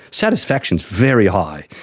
satisfaction is very high.